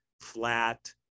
flat